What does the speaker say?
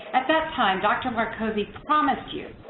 at that time dr. marcozzi promised you,